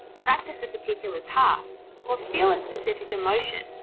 practice a particular task or feel a specific emotion,